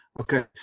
Okay